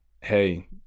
Hey